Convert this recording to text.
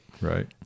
right